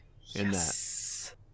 Yes